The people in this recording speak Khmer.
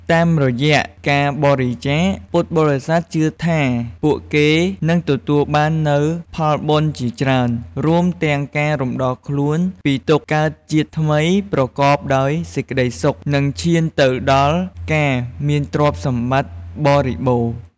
តាមរយៈការបរិច្ចាគ ពុទ្ធបរិស័ទជឿថាពួកគេនឹងទទួលបាននូវផលបុណ្យជាច្រើន រួមទាំងការរំដោះខ្លួនពីទុក្ខ កើតជាតិថ្មីប្រកបដោយសេចក្តីសុខ និងឈានទៅដល់ការមានទ្រព្យសម្បត្តិបរិបូណ៌។